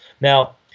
Now